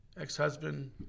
ex-husband